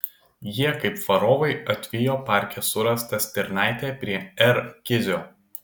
jie kaip varovai atvijo parke surastą stirnaitę prie r kizio